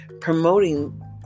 promoting